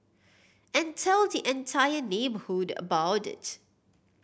and tell the entire neighbourhood about it